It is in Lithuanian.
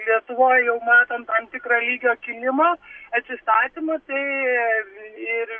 lietuvoj jau matom tam tikrą lygio kilimą atsistatymą tai ir